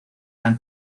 dan